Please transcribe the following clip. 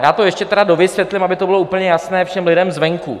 Já to tedy ještě dovysvětlím, aby to bylo úplně jasné všem lidem zvenku.